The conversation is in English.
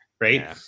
Right